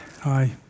Hi